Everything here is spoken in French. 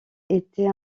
était